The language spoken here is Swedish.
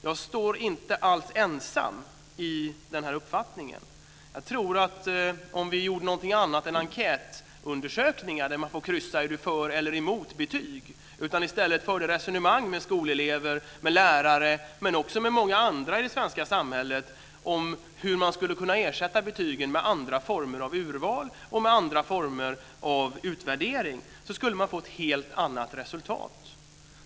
Jag står inte alls ensam i den här uppfattningen. Jag tror att om vi gjorde någonting annat än enkätundersökningar där man får kryssa i om man är för eller emot betyg och i stället förde resonemang med skolelever, lärare och många andra i det svenska samhället om hur man skulle kunna ersätta betygen med andra former av urval och andra former av utvärdering, skulle man få ett helt annat resultat.